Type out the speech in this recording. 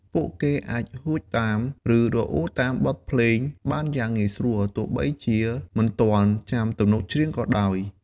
ពួកគេអាចហួចតាម ឬរអ៊ូតាមបទភ្លេងបានយ៉ាងងាយស្រួល ទោះបីជាមិនទាន់ចាំទំនុកច្រៀងក៏ដោយ។